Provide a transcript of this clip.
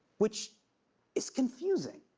which is confusing.